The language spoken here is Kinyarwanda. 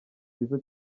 cyiza